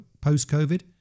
post-COVID